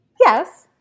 yes